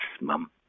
mum